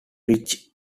reich